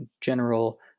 general